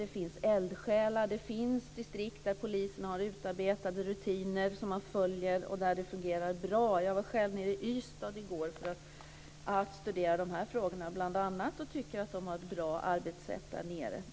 Det finns eldsjälar, och det finns polisdistrikt som har utarbetat rutiner som man följer och som fungerar bra. Jag var själv i Ystad i går för att studera bl.a. de här frågorna och tycker att de har ett bra arbetssätt där nere.